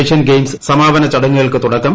Asian Games സമാപന ചടങ്ങുകൾക്ക് തുടക്കം